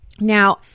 Now